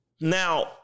Now